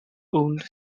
owned